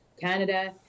Canada